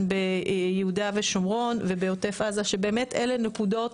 ביהודה ושומרון ובעוטף עזה שבאמת אלה נקודות